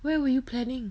where were you planning